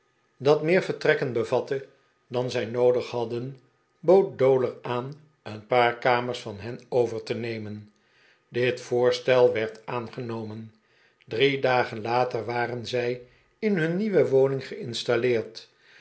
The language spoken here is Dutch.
dat meer de pickwick club vertrekken bevatte dan zij noodig hadden bood dowler aan een paar kamers van hen over te nemen dit voorstel werd aangenomen drie dagen later waren zij in hun nieuwe woning ge'installeerd